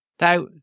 Now